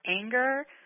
anger